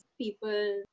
People